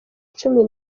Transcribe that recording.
cumi